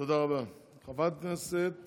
חברת הכנסת